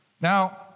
Now